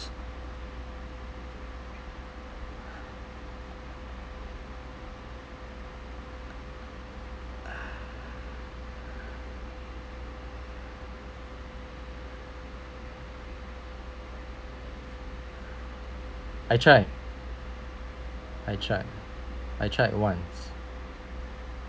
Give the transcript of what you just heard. I tried I tried I tried once